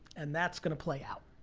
and that's gonna play out.